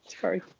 Sorry